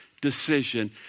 decision